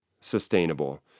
sustainable